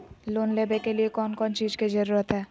Loan लेबे के लिए कौन कौन चीज के जरूरत है?